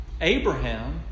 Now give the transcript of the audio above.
Abraham